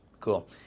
Cool